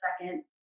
second